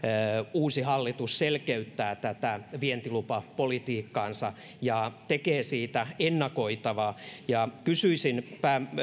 uusi hallitus selkeyttää vientilupapolitiikkaansa ja tekee siitä ennakoitavaa kysyisin